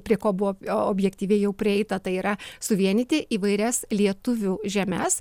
prie ko buvo objektyviai jau prieita tai yra suvienyti įvairias lietuvių žemes